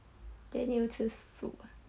then 你有吃素